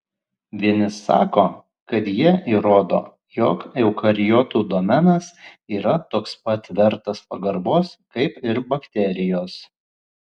vieni sako kad jie įrodo jog eukariotų domenas yra toks pat vertas pagarbos kaip ir bakterijos